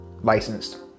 licensed